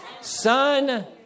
Son